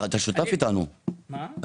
אתה שותף אתנו שם.